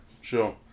sure